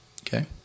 Okay